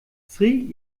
sri